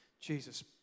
Jesus